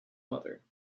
mother